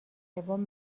سوم